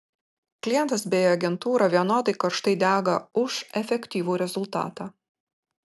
klientas bei agentūra vienodai karštai dega už efektyvų rezultatą